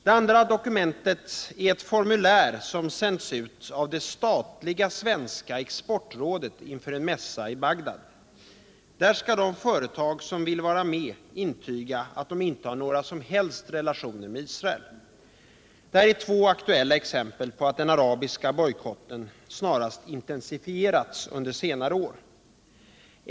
Det andra dokumentet är ett formulär som sänts ut av det statliga svenska Exportrådet inför en mässa i Bagdad. Där skall de företag som vill vara med intyga att de inte har några som helst relationer med Israel. Detta är två aktuella exempel på att den arabiska bojkotten snarast intensifierats under senare år.